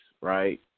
right